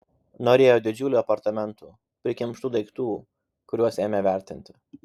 norėjo didžiulių apartamentų prikimštų daiktų kuriuos ėmė vertinti